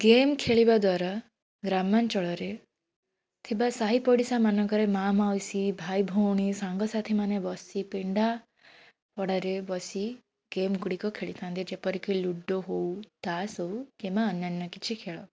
game ଖେଳିବାଦ୍ୱାରା ଗ୍ରାମାଞ୍ଚଳରେ ଥିବା ସାହି ପଡ଼ିଶା ମାନଙ୍କରେ ମାଁ ମାଉସୀ ଭଉଣୀ ସାଙ୍ଗ ସାଥିମାନେ ବସି ପିଣ୍ଡା ପଡ଼ାରେ ବସି ଗେମ୍ ଗୁଡ଼ିକ ଖେଳିଥାନ୍ତି ଯେପରିକି ଲୁଡ଼ୋ ହେଉ ତାସ୍ ହେଉ କିମ୍ବା ଅନ୍ୟାନ୍ୟ କିଛି ଖେଳ